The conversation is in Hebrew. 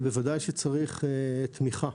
בוודאי שצריך תמיכה.